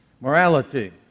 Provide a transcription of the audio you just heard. Morality